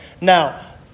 Now